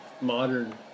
modern